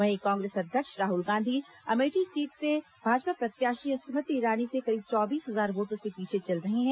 वहीं कांग्रेस अध्यक्ष राहुल गांधी अमेठी सीट से भाजपा प्रत्याशी स्मृति ईरानी से करीब चौबीस हजार वोटों से पीछे चल रहे हैं